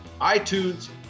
iTunes